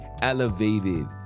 elevated